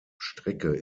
strecke